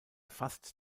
fast